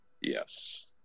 Yes